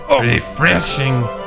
refreshing